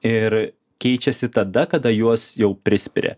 ir keičiasi tada kada juos jau prispiria